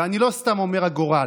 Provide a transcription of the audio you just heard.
ואני לא סתם אומר "הגורל",